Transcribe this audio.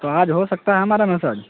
تو آج ہو سکتا ہے ہمارا مساج